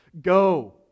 Go